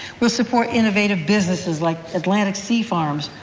we'll support innovative businesses like atlantic sea farms,